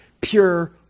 pure